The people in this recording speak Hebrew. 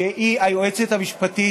שהיא היועצת המשפטית